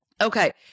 Okay